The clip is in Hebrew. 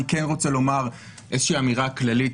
אני כן רוצה לומר איזושהי אמירה כללית,